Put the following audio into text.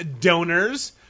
donors